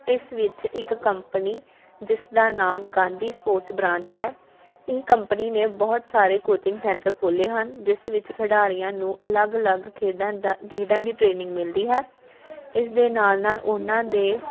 ਇਸ ਵਿੱਚ ਇੱਕ ਕੰਪਨੀ ਜਿਸ ਦਾ ਨਾਮ ਗਾਂਧੀ ਸਪੋਰਟਸ ਬ੍ਰਾਂਚ ਹੈ ਇਹ ਕੰਪਨੀ ਨੇ ਬਹੁਤ ਸਾਰੇ ਕੋਚਿੰਗ ਸੈਂਟਰ ਖੋਲੇ ਹਨ ਜਿਸ ਵਿੱਚ ਖਿਡਾਰੀਆਂ ਨੂੰ ਅਲੱਗ ਅਲੱਗ ਖੇਡਾਂ ਦਾ ਖੇਡਾਂ ਦੀ ਟ੍ਰੇਨਿੰਗ ਮਿਲਦੀ ਹੈ ਇਸ ਦੇ ਨਾਲ ਨਾਲ ਉਹਨਾਂ ਦੇ